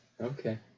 Okay